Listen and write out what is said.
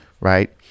right